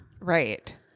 Right